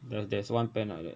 there there's one pan like that